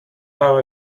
how